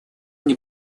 мне